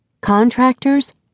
Contractors